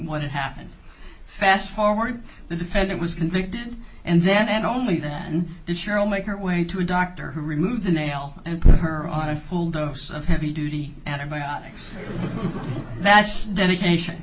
what had happened fast forward the defendant was convicted and then and only then did cheryl make her way to a doctor who removed the nail and put her on a full dose of heavy duty antibiotics that's dedication